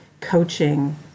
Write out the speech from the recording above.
coaching